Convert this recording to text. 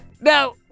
Now